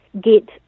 get